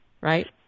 right